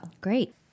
Great